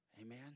Amen